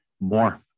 more